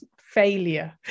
failure